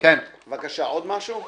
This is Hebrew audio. עוד משהו?